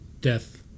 death